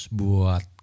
buat